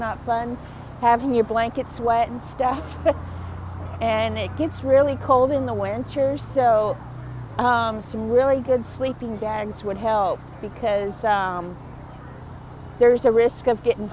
not fun having your blanket sweat and stuff and it gets really cold in the winter so some really good sleeping bags would help because there's a risk of getting